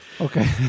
Okay